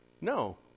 No